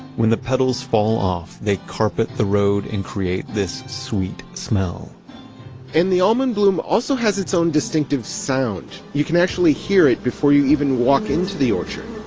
when the petals fall off, they carpet the road and create this sweet smell the almond bloom also has its own distinctive sound. you can actually hear it before you even walk into the orchard